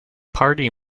party